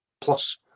plus